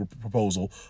proposal